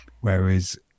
Whereas